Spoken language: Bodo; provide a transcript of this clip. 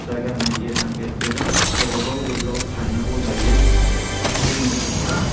जायगा नागिर नागिर गोजान जायगाफोराव बोरैब्लाबा खाहैनांगौ जायो माखासे मोसौफ्रा